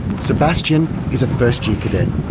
sebastian is a first-year cadet.